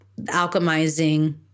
alchemizing